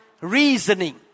reasoning